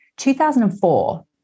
2004